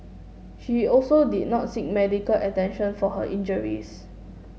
she also did not seek medical attention for her injuries